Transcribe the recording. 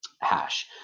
hash